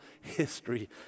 History